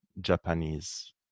Japanese